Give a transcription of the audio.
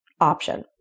option